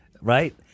right